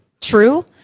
true